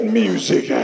music